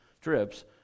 trips